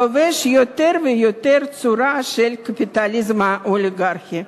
לובש יותר ויותר צורה של קפיטליזם אוליגרכי.